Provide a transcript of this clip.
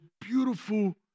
beautiful